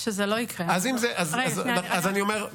נשאר לך